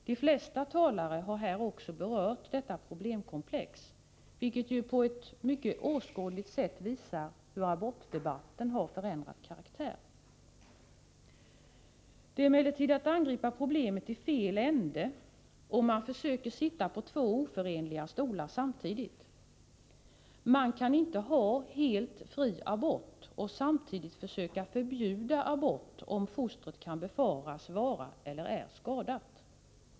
De flesta av talarna här har också berört detta problemkomplex, vilket på ett mycket åskådligt sätt visar att abortdebatten har ändrat karaktär. Det är emellertid att angripa problemet i fel ände om man försöker att hävda två oförenliga ståndpunkter samtidigt. Man kan inte ha helt fri abort och samtidigt försöka förbjuda abort, om fostret kan befaras vara eller är skadat.